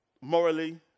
morally